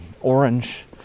orange